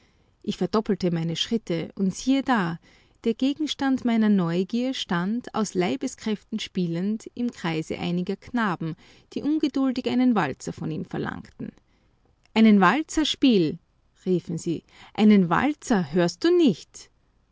ich verdoppelte meine schritte und siehe da der gegenstand meiner neugier stand aus leibeskräften spielend im kreise einiger knaben die ungeduldig einen walzer von ihm verlangten einen walzer spiel riefen sie einen walzer hörst du nicht